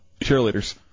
Cheerleaders